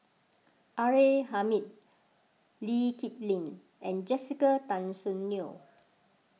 R A Hamid Lee Kip Lin and Jessica Tan Soon Neo